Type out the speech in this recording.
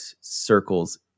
circles